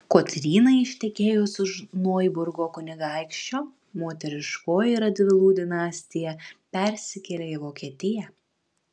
kotrynai ištekėjus už noiburgo kunigaikščio moteriškoji radvilų dinastija persikėlė į vokietiją